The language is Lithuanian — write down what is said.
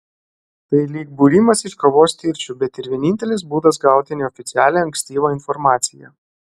tai lyg būrimas iš kavos tirščių bet ir vienintelis būdas gauti neoficialią ankstyvą informaciją